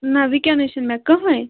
نہ وٕکٮ۪نَس چھُنہٕ مےٚ کٕہۭنۍ